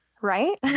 Right